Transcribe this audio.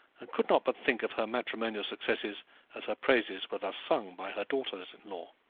and could not but think of her matrimonial successes as her praises were thus sung by her daughter-in-law.